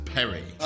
Perry